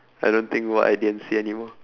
I don't think why I didn't say any more